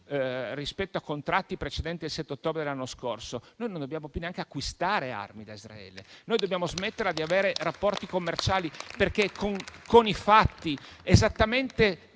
rispetto a contratti precedenti il 7 ottobre dell'anno scorso, noi non dobbiamo più neanche acquistare armi da Israele. Noi dobbiamo smetterla di avere rapporti commerciali con Israele. Esattamente